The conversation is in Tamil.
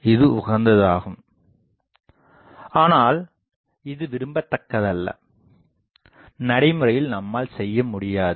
இது உகந்ததாகும் ஆனால் இது விரும்பத்தக்கதல்ல நடைமுறையில் நம்மால் செய்ய முடியாது